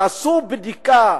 תעשו בדיקה,